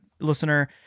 listener